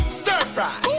stir-fry